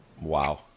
Wow